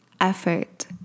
effort